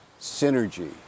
synergy